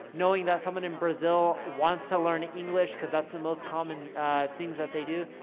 knowing that someone in brazil wants to learn english cause that's the most common things that they do.